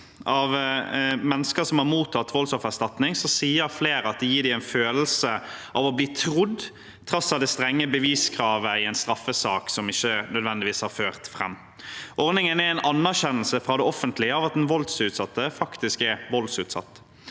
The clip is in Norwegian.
Av mennesker som har mottatt voldsoffererstatning, sier flere at det gir dem en følelse av å bli trodd, på tross av det strenge beviskravet i en straffesak som ikke nødvendigvis har ført fram. Ordningen er en anerkjennelse fra det offentlige av at den voldsutsatte faktisk er voldsutsatt.